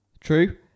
True